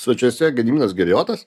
svečiuose gediminas girijotas